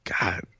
God